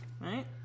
Right